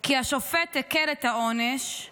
// כי השופט הקל את העונש /